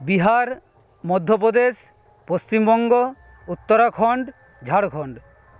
Bihar Madhya Pradesh Paschimbanga Uttarakhand Jharkhand